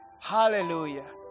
Hallelujah